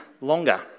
longer